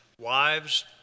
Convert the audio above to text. wives